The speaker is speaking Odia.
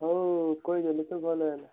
ହଉ କହିଦେଲି ତ ଭଲ ହେଲା